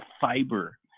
fiber